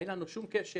אין לנו שום קשר: